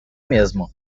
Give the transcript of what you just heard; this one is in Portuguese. mesmo